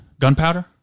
Gunpowder